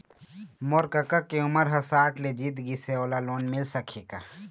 मोर कका के उमर ह साठ ले जीत गिस हे, ओला लोन मिल सकही का?